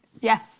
yes